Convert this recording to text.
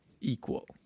equal